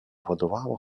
vadovavo